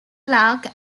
clarke